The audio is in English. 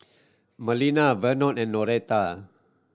Melina Vernon and Noretta